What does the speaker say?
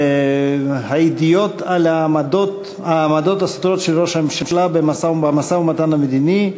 הידיעות על העמדות הסותרות של ראש הממשלה במשא-ומתן המדיני,